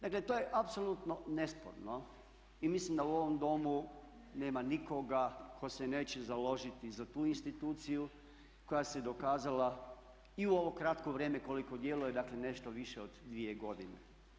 Dakle to je apsolutno nesporno i mislim da u ovom Domu nema nikoga tko se neće založiti za tu institucija koja se dokazala i u ovo kratko vrijeme koliko djeluje, dakle nešto više od 2 godine.